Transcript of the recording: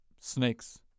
snakes